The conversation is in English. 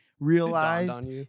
realized